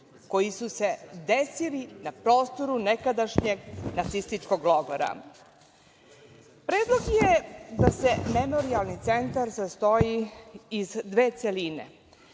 koji su se desili na prostoru nekadašnjeg nacističkog logora. Predlog je da se memorijalni centar sastoji iz dve celine,